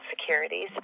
Securities